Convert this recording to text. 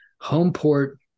Homeport